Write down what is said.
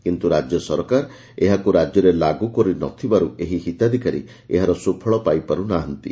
କିନ୍ତୁ ରାଜ୍ୟ ସରକାର ଏହାକୁ ରାକ୍ୟରେ ଲାଗୁ କରୁନଥିବାରୁ ଏହି ହିତାଧିକାରୀ ଏହାର ସୁଫଳ ପାଇପାରୁ ନାହାନ୍ତି